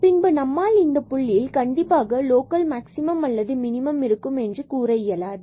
பின்பு நம்மால் இந்த புள்ளியில் கண்டிப்பாக லோக்கல் மேக்ஸிமம் அல்லது மினிமம் இருக்கும் என்று கூற இயலாது